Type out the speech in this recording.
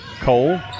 Cole